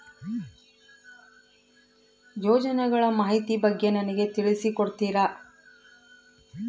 ಯೋಜನೆಗಳ ಮಾಹಿತಿ ಬಗ್ಗೆ ನನಗೆ ತಿಳಿಸಿ ಕೊಡ್ತೇರಾ?